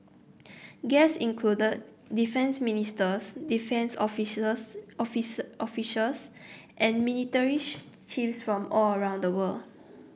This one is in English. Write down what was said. guests included defence ministers defence officials and military chiefs from all around the world